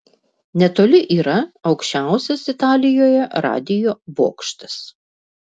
netoli yra aukščiausias italijoje radijo bokštas